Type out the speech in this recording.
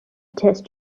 test